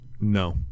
no